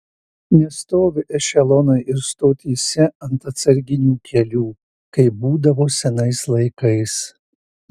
nestovi ešelonai ir stotyse ant atsarginių kelių kaip būdavo senais laikais